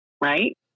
right